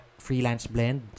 FreelanceBlend